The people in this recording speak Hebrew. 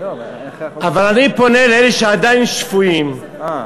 אבל אני פונה לאלה שעדיין שפויים, אי,